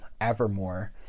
Evermore